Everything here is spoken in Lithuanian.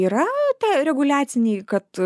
yra ta reguliaciniai kad